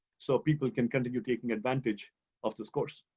so people can continue taking advantage of this course.